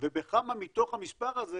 ובכמה מתוך המספר הזה